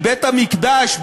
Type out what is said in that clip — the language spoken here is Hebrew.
בית-המקדש,